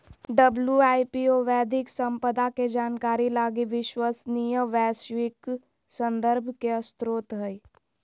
WIPO बौद्धिक संपदा के जानकारी लगी विश्वसनीय वैश्विक संदर्भ के स्रोत हइ